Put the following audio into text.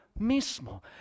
mismo